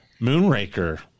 moonraker